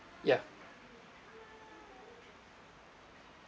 ya